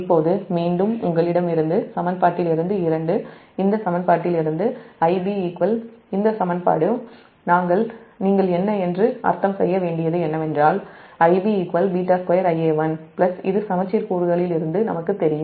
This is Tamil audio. இப்போது மீண்டும் சமன்பாட்டிலிருந்து Ib இந்த சமன்பாடும் நீங்கள் அர்த்தம்செய்ய வேண்டியது என்னவென்றால் Ib β2 Ia1 இது சமச்சீர் கூறுகளிலி ருந்து நமக்குத் தெரியும்